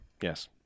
Yes